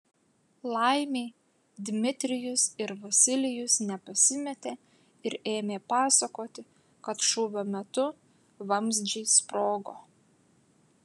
laimei dmitrijus ir vasilijus nepasimetė ir ėmė pasakoti kad šūvio metu vamzdžiai sprogo